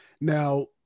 Now